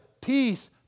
peace